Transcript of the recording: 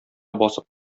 басып